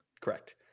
Correct